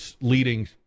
leading